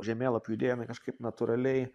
žemėlapių įdėjome kažkaip natūraliai